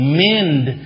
mend